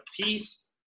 peace